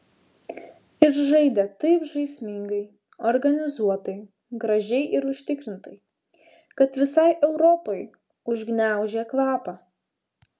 ir žaidė taip žaismingai organizuotai gražiai ir užtikrintai kad visai europai užgniaužė kvapą